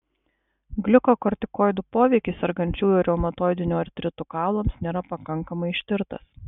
gliukokortikoidų poveikis sergančiųjų reumatoidiniu artritu kaulams nėra pakankamai ištirtas